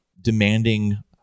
demanding